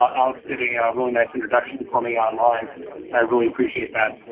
ah alex did a really nice introduction for me online and i really appreciate that.